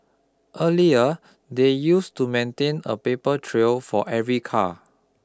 earlier they used to maintain a paper trail for every car